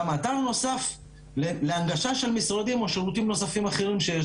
גם אתר נוסף להנגשה של משרדים או שירותים נוספים שיש,